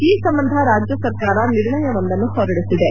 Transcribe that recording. ಈ ಸಂಬಂಧ ರಾಜ್ಯ ಸರಕಾರ ನಿರ್ಣಯವೊಂದನ್ನು ಹೊರಡಿಸಿದೆ